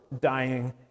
dying